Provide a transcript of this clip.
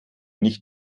nicht